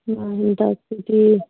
ꯉꯥ ꯍꯦꯟꯇꯥꯛꯇꯨꯗꯤ